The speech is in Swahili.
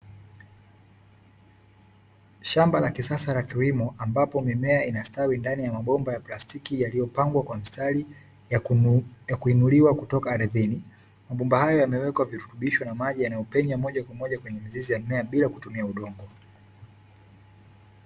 Shamba la kisasa la kilimo ambapo mimea inastawi ndani ya mabomba la plastiki yaliyopangwa kwa mstari ya kuinuliwa kutoka ardhini, mabomba hayo yamewekwa virutubisho na maji yanayopenya moja kwa moja kwenye mizizi ya mimea bila kutumia udongo.